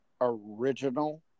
original